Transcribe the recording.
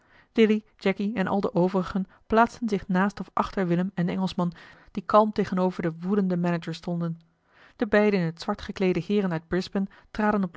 dilly jacky en al de overigen plaatsten zich naast of achter willem en den engelschman die kalm tegenover den woedenden manager stonden de beide in het zwart gekleede heeren uit brisbane traden op